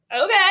okay